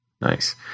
Nice